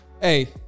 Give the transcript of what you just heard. Hey